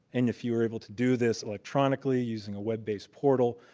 and if you were able to do this electronically, using a web based portal,